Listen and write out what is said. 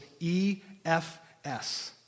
EFS